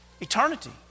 eternity